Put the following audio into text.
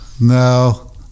No